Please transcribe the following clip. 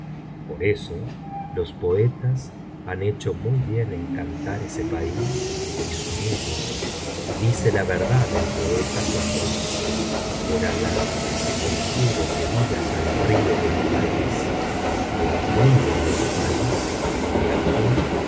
por eso los poetas han hecho muy bien en cantar ese país y su mío y dice la verdad el poeta cuando dice por alali te conjuro que digas al río de mi país al nilo de mi país que aquí